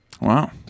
wow